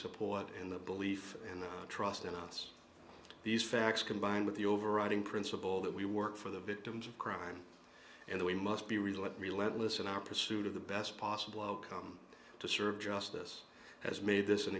support in the belief and trust in us these facts combined with the overriding principle that we work for the victims of crime and we must be real at relentless in our pursuit of the best possible outcome to serve justice has made this an